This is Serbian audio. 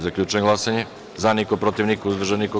Zaključujem glasanje: za – niko, protiv – niko, uzdržanih – nema.